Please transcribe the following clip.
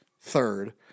third